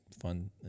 fun